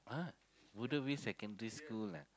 !huh! Bedok-View-Secondary-School ah